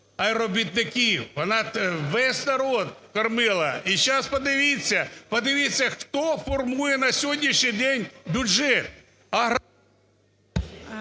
й робітників. Вона весь народ кормила. І сейчас подивіться, подивіться, хто формує на сьогоднішній день бюджет?